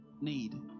need